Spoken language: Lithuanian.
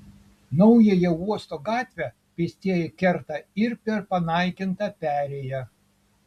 naująją uosto gatvę pėstieji kerta ir per panaikintą perėją